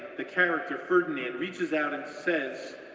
the character ferdinand reaches out and says,